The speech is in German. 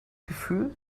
gefühl